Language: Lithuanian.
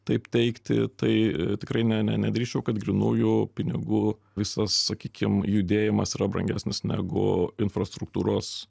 taip teigti tai tikrai ne nedrįsčiau kad grynųjų pinigų visas sakykim judėjimas yra brangesnis negu infrastruktūros